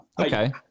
Okay